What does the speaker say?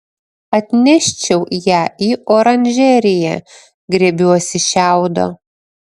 atneščiau ją į oranžeriją griebiuosi šiaudo